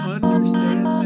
Understand